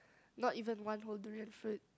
not even one whole durian fruit